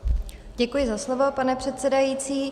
Děkuji za slovo, pane předsedající.